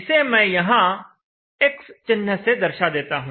इसे मैं यहां x चिह्न से दर्शा देता हूं